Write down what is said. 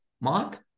mark